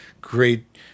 great